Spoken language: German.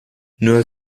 nur